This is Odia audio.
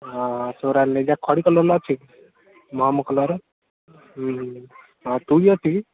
ହଁ ସେଗୁଡ଼ା ନେଇଯା ଖଡ଼ି କଲର୍ ଅଛି କି ମହମ କଲର୍ ହୁଁ ହୁଁ ତୁଳୀ ଅଛି କି